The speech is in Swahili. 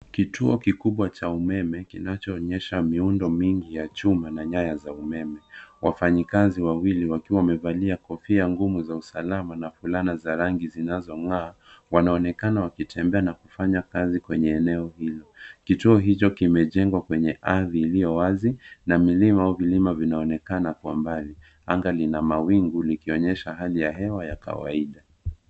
Kituo kikubwa cha umeme kinachoonyesha miundi mingi ya chuma na nyaya ya umeme. Wafanyikazi wawili wakiwa wamevalia kofia ngumu za usalama na fulana za rangi zinazong'aa wanaonekana wakitembea na kufanya kazi kwenye eneo hilo. Kituo hicho kimejengwa kwenye ardhi iliyo wazi na milima au vilima vinaonekana kwa mbali. Anga lina mawingu likionyesha hali ya hewa ya kawaida.